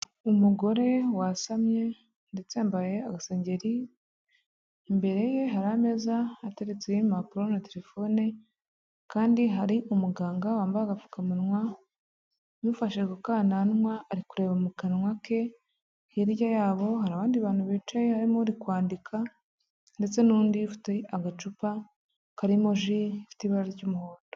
Umugore wasamye ndetse yambaye agasegeri. Imbere ye hari ameza ateretseho impapuro na telefone kandi hari umuganga wambaye agapfukamunwa umufashe ku kananwa ari kureba mu kanwa ke. Hirya yabo hari abandi bantu bicaye harimo uri kwandika ndetse n'undi ufite agacupa karimo ji ifite ibara ry'umuhondo.